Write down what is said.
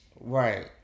Right